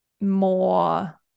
more